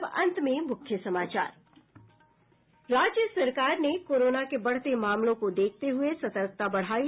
और अब अंत में मुख्य समाचार राज्य सरकार ने कोरोना के बढ़ते मामलों को देखते हुए सतर्कता बढ़ायी